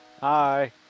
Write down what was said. Hi